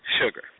sugar